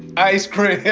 ice cream,